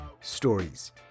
stories